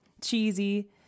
cheesy